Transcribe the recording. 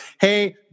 hey